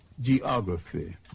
geography